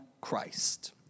Christ